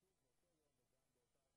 אז אני מבקש להוסיף את חברת הכנסת מיכל רוזין,